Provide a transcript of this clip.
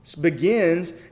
begins